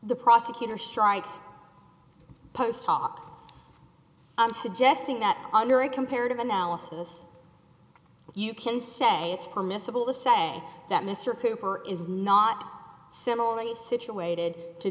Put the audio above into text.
the prosecutor shites post hoc i'm suggesting that under a comparative analysis you can say it's permissible to say that mr cooper is not similarly situated to